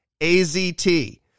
AZT